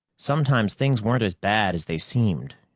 sometimes things weren't as bad as they seemed,